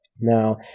Now